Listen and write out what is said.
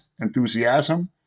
Enthusiasm